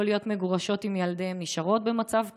להיות מגורשות עם ילדיהן נשארות במצב כזה,